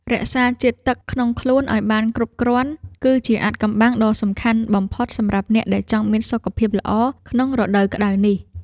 រក្សាជាតិទឹកក្នុងខ្លួនឱ្យបានគ្រប់គ្រាន់គឺជាអាថ៌កំបាំងដ៏សំខាន់បំផុតសម្រាប់អ្នកដែលចង់មានសុខភាពល្អក្នុងរដូវក្តៅនេះ។